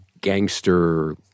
gangster